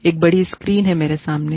एक बड़ी स्क्रीन है मेरे सामने है